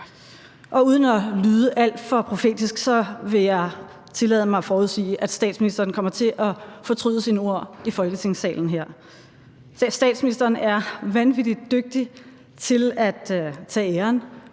Og uden at lyde alt for profetisk vil jeg tillade mig at forudsige, at statsministeren kommer til at fortryde sine ord i Folketingssalen her. Statsministeren er vanvittig dygtig til at tage æren